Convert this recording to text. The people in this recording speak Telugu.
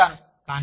నేను చేసాను